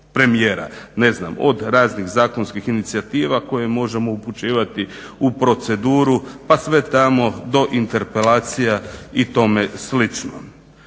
premijera, od raznih zakonskih inicijativa koje možemo upućivati u proceduru pa sve tamo do interpelacija i tome slično.